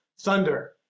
thunder